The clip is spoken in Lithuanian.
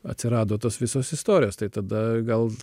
atsirado tos visos istorijos tai tada gal